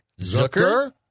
Zucker